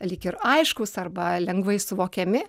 lyg ir aiškūs arba lengvai suvokiami